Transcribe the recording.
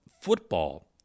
football